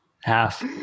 Half